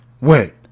Wait